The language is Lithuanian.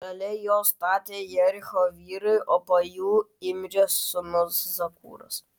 šalia jo statė jericho vyrai o po jų imrio sūnus zakūras